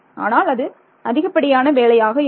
ஆனால் அது அதிகப்படியான வேலையாக இருக்கும்